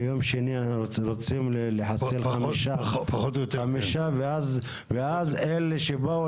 ביום שני אנחנו רוצים לחסל חמישה ואז אלה שבאו,